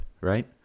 right